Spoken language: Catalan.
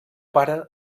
pare